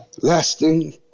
lasting